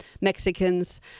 Mexicans